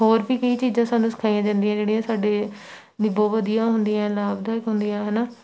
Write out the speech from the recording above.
ਹੋਰ ਵੀ ਕਈ ਚੀਜ਼ਾਂ ਸਾਨੂੰ ਸਿਖਾਈਆਂ ਜਾਂਦੀਆਂ ਜਿਹੜੀਆਂ ਸਾਡੇ ਲਈ ਬਹੁਤ ਵਧੀਆ ਹੁੰਦੀਆਂ ਲਾਭਦਾਇਕ ਹੁੰਦੀਆਂ ਹੈ ਨਾ